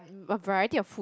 a variety of food